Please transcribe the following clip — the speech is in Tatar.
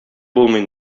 булмый